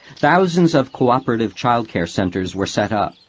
thousands of cooperative child care centres were set up.